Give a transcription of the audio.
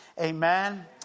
Amen